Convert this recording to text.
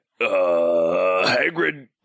Hagrid